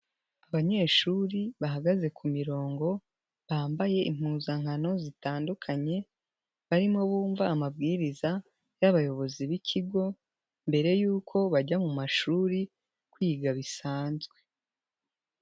Abanyeshuri bahagaze ku mirongo, bambaye impuzankano zitandukanye, barimo bumva amabwiriza y'abayobozi b'ikigo, mbere yuko bajya mu mashuri kwiga bisanzwe.